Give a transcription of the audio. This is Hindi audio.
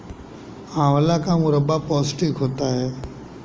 आंवला का मुरब्बा पौष्टिक होता है